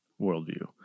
worldview